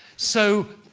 so,